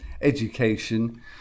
education